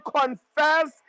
confess